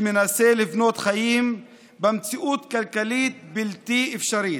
שמנסה לבנות חיים במציאות כלכלית בלתי אפשרית.